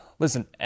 Listen